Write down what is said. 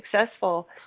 successful